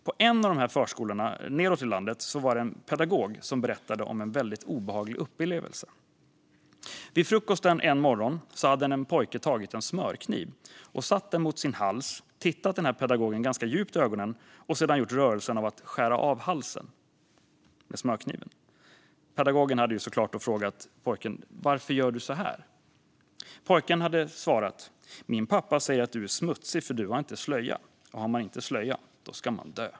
På en av dessa förskolor nedåt i landet berättade en pedagog om en väldigt obehaglig upplevelse. Vid frukosten en morgon hade en pojke tagit en smörkniv, satt den mot sin hals, tittat pedagogen ganska djupt i ögonen och sedan gjort en rörelse som för att skära av halsen med smörkniven. Pedagogen hade såklart frågat pojken varför han gjorde så. Pojken hade svarat: Min pappa säger att du är smutsig, för du har inte slöja. Och har man inte slöja, då ska man dö.